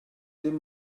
dim